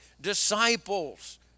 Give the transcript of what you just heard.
disciples